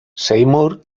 seymour